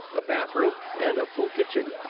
a bathroom, and a full kitchen.